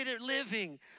living